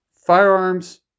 Firearms